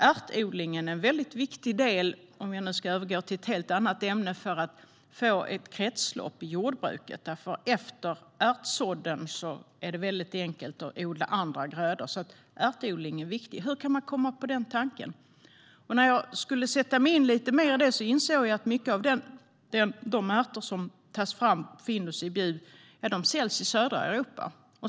Ärtodlingen är en viktig del - om jag nu ska övergå till ett helt annat ämne - för att få ett kretslopp i jordbruket. Efter ärtsådden är det enkelt att odla andra grödor, så ärtodling är viktig. Hur kan man komma på denna tanke? När jag skulle sätta mig in i detta lite mer insåg jag att mycket av de ärter som tas fram av Findus i Bjuv säljs i södra Europa.